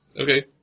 Okay